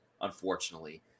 Unfortunately